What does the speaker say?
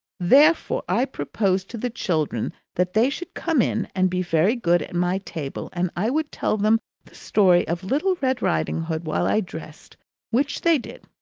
therefore i proposed to the children that they should come in and be very good at my table, and i would tell them the story of little red riding hood while i dressed which they did,